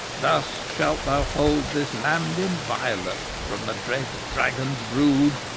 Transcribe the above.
thus shalt thou hold this land inviolate from the dread dragon's brood.